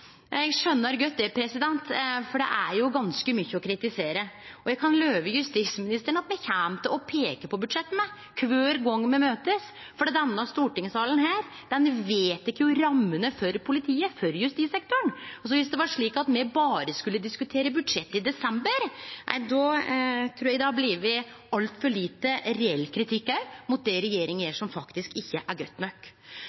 Eg skjønar godt det, for det er jo ganske mykje å kritisere. Og eg kan love justisministeren at me kjem til å peike på budsjett kvar gong vi møtest, for denne stortingssalen vedtek rammene for politiet, for justissektoren. Viss det var slik at me berre skulle diskutere budsjett i desember, då trur eg det hadde blitt altfor lite reell kritikk mot det regjeringa